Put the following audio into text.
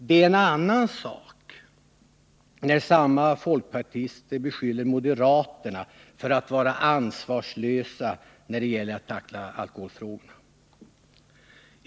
Det är en annan sak när samma folkpartister beskyller moderaterna för att vara ansvarslösa när det gäller att tackla alkoholfrågorna.